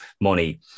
money